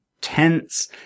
tense